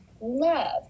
love